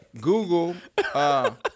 Google